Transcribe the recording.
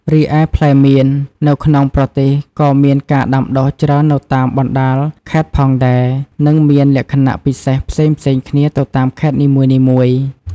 រីឯផ្លែមៀន នៅក្នុងប្រទេសក៏មានការដាំដុះច្រើននៅតាមបណ្ដាលខេត្តផងដែរ និងមានលក្ខណៈពិសេសផ្សេងៗគ្នាទៅតាមខេត្តនីមួយ។